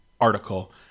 article